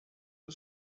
eux